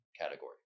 category